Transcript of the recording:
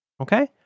Okay